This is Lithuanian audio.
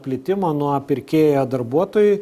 plitimo nuo pirkėjo darbuotojui